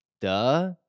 duh